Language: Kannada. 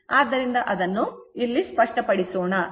ಆದ್ದರಿಂದ ಇಲ್ಲಿ ಅದನ್ನು ಸ್ಪಷ್ಟಪಡಿಸೋಣ